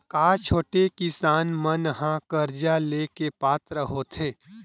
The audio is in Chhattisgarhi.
का छोटे किसान मन हा कर्जा ले के पात्र होथे?